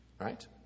Right